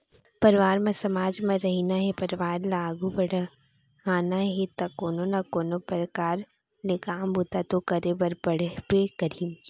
परवार म समाज म रहिना हे परवार ल आघू बड़हाना हे ता कोनो ना कोनो परकार ले काम बूता तो करे बर पड़बे करही